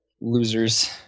losers